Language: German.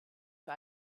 für